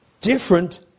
different